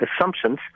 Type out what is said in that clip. assumptions